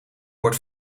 word